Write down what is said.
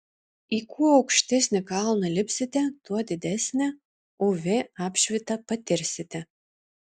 į kuo aukštesnį kalną lipsite tuo didesnę uv apšvitą patirsite